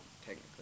technically